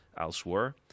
elsewhere